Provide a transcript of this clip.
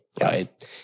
right